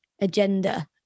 agenda